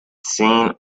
seen